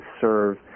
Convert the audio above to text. serve